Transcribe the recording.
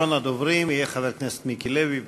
אחרון הדוברים יהיה חבר הכנסת מיקי לוי.